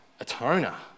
atoner